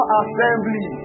assembly